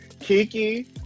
Kiki